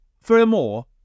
Furthermore